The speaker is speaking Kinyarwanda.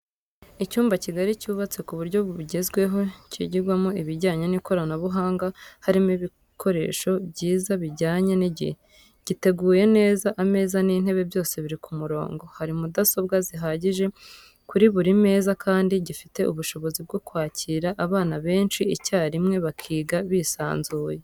Icyumba kigari cyubatse ku buryo bwugezweho kigirwamo ibijyanye n'ikoranabuhanga harimo ibikoresho byiza bijyanye n'igihe, giteguye neza ameza n'intebe byose biri ku murongo ,hari mudasobwa zihagije kuri buri meza kandi gifite ubushobozi bwo kwakira abana benshi icyarimwe bakiga bisanzuye.